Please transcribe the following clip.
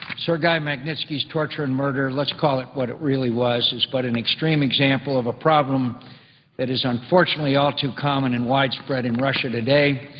sergei magnitsky's torture and murder, let's call it what it really was, but an extreme example of a problem that is unfortunately all too common and widespread in russia today.